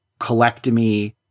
colectomy